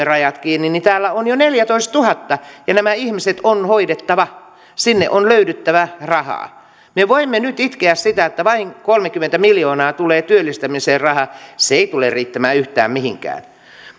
rajat kiinni niin täällä on jo neljätoistatuhatta ja nämä ihmiset on hoidettava sinne on löydyttävä rahaa me voimme nyt itkeä sitä että vain kolmekymmentä miljoonaa tulee työllistämiseen rahaa se ei tule riittämään yhtään mihinkään